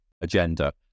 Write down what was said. agenda